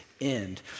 end